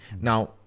now